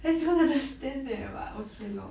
then don't understand eh but okay lor